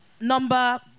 Number